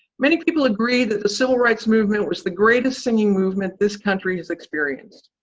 many people agree that the civil rights movement was the greatest singing movement this country has experienced.